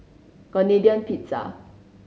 Canadian Pizza